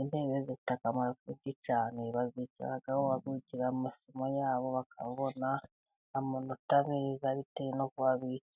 Intebe zifite akamaro kanini cyane, bazicaraho bakigiraho amasomo yabo bakabona amanota neza bitewe noho bicaye.